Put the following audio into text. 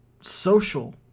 social